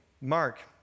Mark